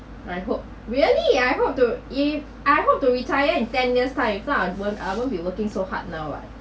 I hope really ah I hope to if I hope to retire in ten years time if not I won't I won't be working so hard now [what]